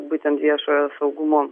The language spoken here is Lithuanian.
būtent viešojo saugumo